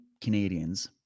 Canadians